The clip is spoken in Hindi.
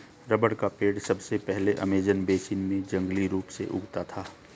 रबर का पेड़ सबसे पहले अमेज़न बेसिन में जंगली रूप से उगता था